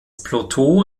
plateau